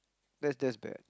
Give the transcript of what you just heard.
that's that's bad